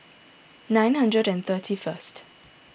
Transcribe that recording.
nine hundred and thirty first